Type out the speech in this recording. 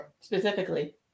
Specifically